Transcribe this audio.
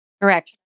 Correct